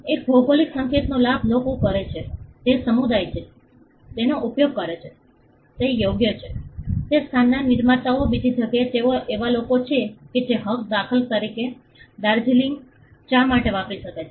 એક ભૌગોલિક સંકેતનો લાભ લોકો કરે છે તે સમુદાય છે જે તેનો ઉપયોગ કરે છે તે યોગ્ય છે તે સ્થાનના નિર્માતાઓ બીજી જગ્યાએ તેઓ એવા લોકો છે કે જે હક દાખલા તરીકે દાર્જિલિંગ ચા માટે વાપરી શકે છે